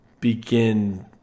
begin